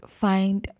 find